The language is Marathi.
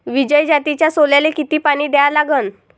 विजय जातीच्या सोल्याले किती पानी द्या लागन?